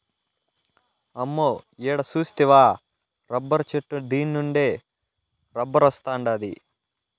అమ్మో ఈడ సూస్తివా రబ్బరు చెట్టు దీన్నుండే రబ్బరొస్తాండాది